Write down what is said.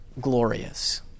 glorious